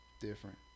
Different